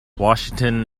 washington